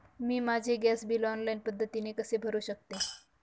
मी माझे gas bill online पद्धतीने कसे भरु शकते?